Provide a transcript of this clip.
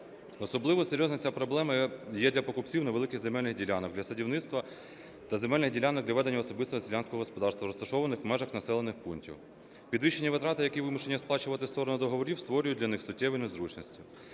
Особливо серйозною ця проблема є для покупців невеликих земельних ділянок, для садівництва та земельних ділянок для ведення особистого селянського господарства, розташованих в межах населених пунктів. Підвищені витрати, які вимушені сплачувати сторони договорів, створюють для них суттєві незручності.